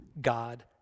God